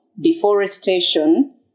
deforestation